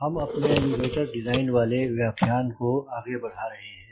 हम अपने elevator design वाले व्याख्यान को आग बढ़ा रहे हैं